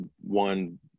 one